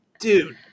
dude